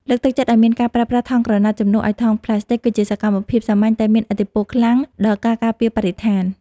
លើកទឹកចិត្តឱ្យមានការប្រើប្រាស់ថង់ក្រណាត់ជំនួសឱ្យថង់ប្លាស្ទិកគឺជាសកម្មភាពសាមញ្ញតែមានឥទ្ធិពលខ្លាំងដល់ការការពារបរិស្ថាន។